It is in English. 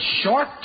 short